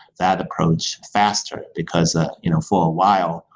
that approach, faster. because ah you know for a while,